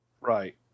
right